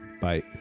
Bye